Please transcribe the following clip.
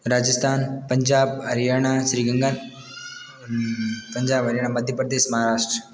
Rajasthan Punjab Haryana Shriganga Punjab Haryana Madhya Pradesh Maharashtra